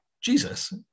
Jesus